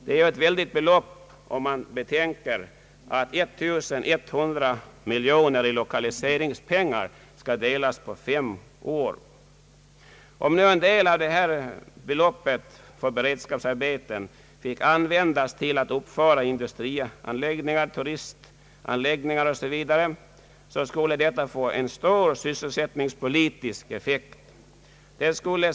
Detta är ett ansenligt belopp om man betänker att 1100 miljoner kronor i lokaliseringsmedel skall fördelas på fem år. Om en del av detta belopp för beredskapsarbeten fick användas till uppförande av industribyggnader, turistanläggningar eller liknande arbeten skulle detta få en stor sysselsättningspolitisk effekt.